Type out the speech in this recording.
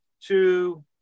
two